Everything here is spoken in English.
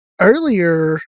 earlier